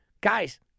Guys